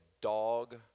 dog